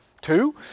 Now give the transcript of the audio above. Two